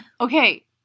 Okay